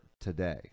today